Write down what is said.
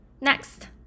Next